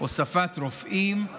הוספת רופאים, אחיות,